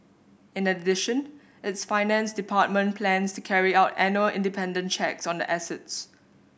in addition its finance department plans to carry out annual independent checks on the assets